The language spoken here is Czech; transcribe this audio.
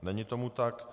Není tomu tak.